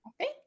Okay